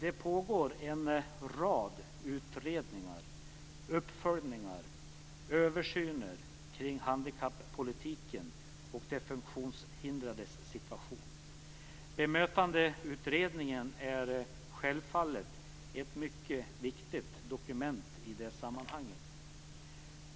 Det pågår en rad utredningar, uppföljningar och översyner omkring handikappolitiken och de funktionshindrades situation. Bemötandeutredningen är självfallet ett mycket viktigt dokument i det sammanhanget.